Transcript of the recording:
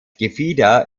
gefieder